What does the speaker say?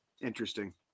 Interesting